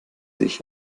sich